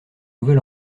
nouvel